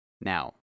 Now